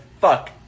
fuck